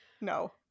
no